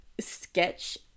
sketch